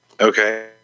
Okay